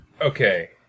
okay